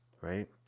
right